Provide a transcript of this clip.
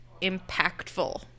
impactful